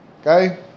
okay